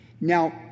Now